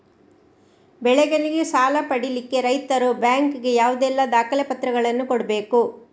ಬೆಳೆಗಳಿಗೆ ಸಾಲ ಪಡಿಲಿಕ್ಕೆ ರೈತರು ಬ್ಯಾಂಕ್ ಗೆ ಯಾವುದೆಲ್ಲ ದಾಖಲೆಪತ್ರಗಳನ್ನು ಕೊಡ್ಬೇಕು?